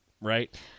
right